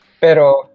Pero